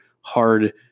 hard